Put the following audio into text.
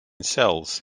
cells